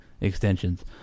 extensions